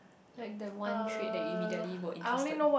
like that one trait that you immediately were interested